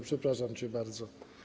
Przepraszam cię bardzo.